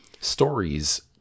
stories